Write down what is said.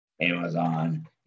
Amazon